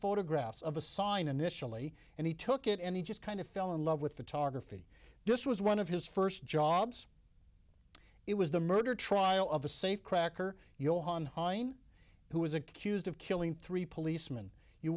photographs of a sign initially and he took it and he just kind of fell in love with photography this was one of his first jobs it was the murder trial of a safe cracker johann hein who was accused of killing three policeman you